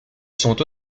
sont